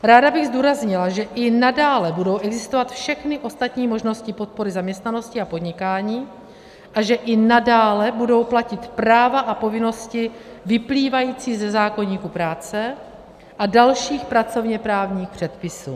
Ráda bych zdůraznila, že i nadále budou existovat všechny ostatní možnosti podpory zaměstnanosti a podnikání a že i nadále budou platit práva a povinnosti vyplývající ze zákoníku práce a dalších pracovněprávních předpisů.